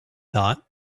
thought